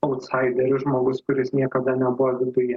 autsaideris žmogus kuris niekada nebuvo viduje